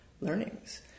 learnings